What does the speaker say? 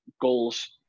goals